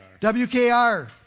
WKR